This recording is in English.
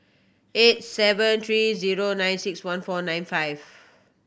eight seven three zero nine six one four nine five